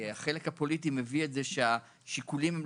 החלק הפוליטי מביא לכך שהשיקולים הם